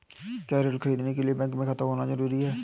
क्या ऋण ख़रीदने के लिए बैंक में खाता होना जरूरी है?